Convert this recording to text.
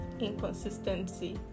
inconsistency